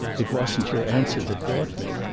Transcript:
it wasn't your answer that brought me.